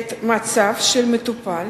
המצב של מטופל